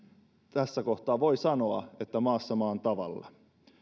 tässä kohtaa voi sanoa että maassa maan tavalla